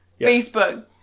Facebook